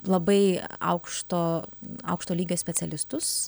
labai aukšto aukšto lygio specialistus